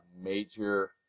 major